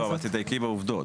לא, אבל תדייקי בעובדות.